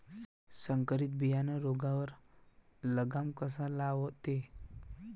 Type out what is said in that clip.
संकरीत बियानं रोगावर लगाम कसा लावते?